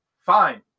fine